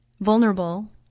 vulnerable